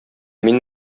мин